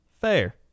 fair